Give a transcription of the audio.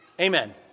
amen